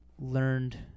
learned